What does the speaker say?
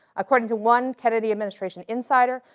according to one kennedy administration insider,